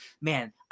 man